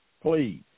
Please